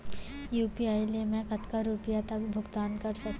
UPI ले मैं कतका रुपिया तक भुगतान कर सकथों